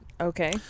Okay